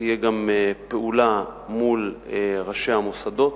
ותהיה גם פעולה מול ראשי המוסדות.